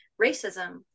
racism